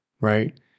right